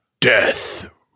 Death